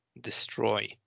destroy